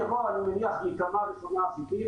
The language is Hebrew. התקצוב יבוא, אני מניח, מכמה וכמה נתונים: